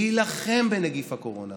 להילחם בנגיף הקורונה,